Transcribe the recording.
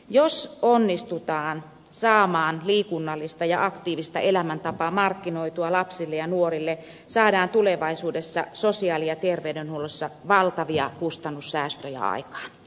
jos onnistutaan saamaan liikunnallista ja aktiivista elämäntapaa markkinoitua lapsille ja nuorille saadaan tulevaisuudessa sosiaali ja terveydenhuollossa valtavia kustannussäästöjä aikaan